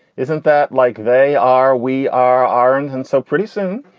isn't that like they are? we are are in. and so pretty soon,